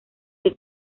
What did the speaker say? que